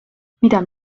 mida